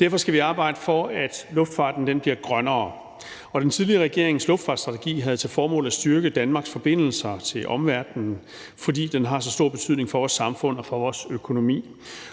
Derfor skal vi arbejde for, at luftfarten bliver grønnere. Den tidligere regerings luftfartsstrategi havde til formål at styrke Danmarks forbindelser til omverdenen, fordi det har så stor betydning for vores samfund og for vores økonomi,